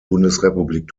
bundesrepublik